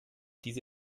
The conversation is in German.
diese